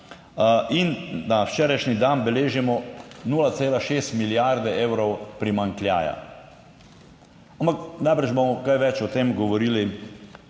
in na včerajšnji dan beležimo 0,6 milijarde evrov primanjkljaja, ampak najbrž bomo kaj več o tem govorili,